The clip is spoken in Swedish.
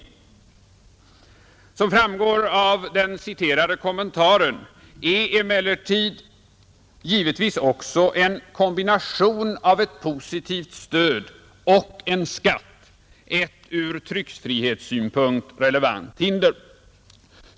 Som framgår av den citerade kommentaren är emellertid givetvis också en kombination av ett positivt stöd och en skatt ett från tryckfrihetssynpunkt relevant hinder.